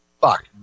fuck